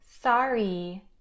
Sorry